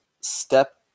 step